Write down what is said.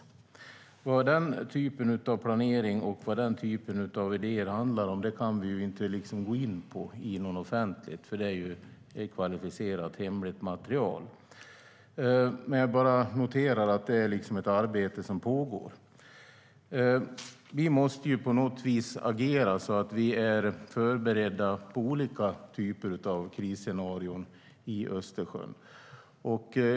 Vad denna typ av planering och idéer handlar om kan vi inte gå in på offentligt, för det är kvalificerat hemligt material. Jag bara noterar att det är ett arbete som pågår. Vi måste på något vis agera så att vi är förberedda på olika typer av krisscenarier i Östersjön.